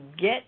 get